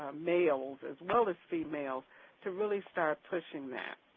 ah males as well as females to really start pushing that.